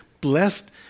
Blessed